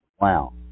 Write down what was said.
Wow